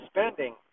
spending